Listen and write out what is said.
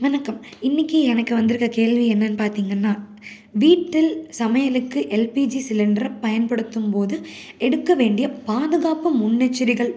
வணக்கம் இன்னைக்கு எனக்கு வந்திருக்கிற கேள்வி என்னென்னு பார்த்தீங்கன்னா வீட்டில் சமையலுக்கு எல்பிஜி சிலிண்டர் பயன்படுத்தும் போது எடுக்க வேண்டிய பாதுகாப்பு முன்னெச்சரிகள்